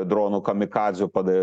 dronų kamikadzių pada